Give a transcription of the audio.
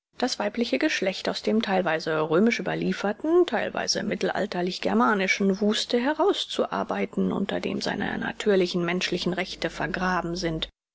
das weibliche geschlecht aus dem theilweise römisch überlieferten theilweise mittelalterlich germanischen wuste herauszuarbeiten unter dem seine natürlichen menschlichen rechte vergraben sind